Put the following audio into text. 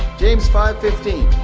james five fifteen,